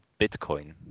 Bitcoin